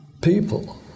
people